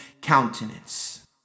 countenance